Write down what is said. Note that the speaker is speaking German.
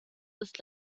ist